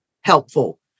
helpful